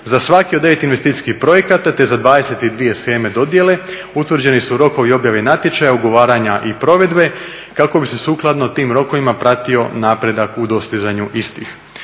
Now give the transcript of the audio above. Za svaki od 9 investicijskih projekata te za 22 sheme dodjele utvrđeni su rokovi objave natječaja, ugovaranja i provedbe kako bi se sukladno tim rokovima pratio napredak u dostizanju istih.